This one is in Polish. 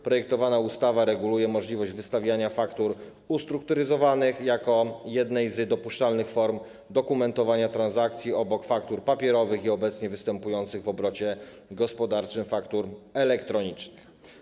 Projektowana ustawa reguluje możliwość wystawiania faktur ustrukturyzowanych jako jednej z dopuszczanych form dokumentowania transakcji obok faktur papierowych i obecnie występujących w obrocie gospodarczym faktur elektronicznych.